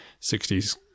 60s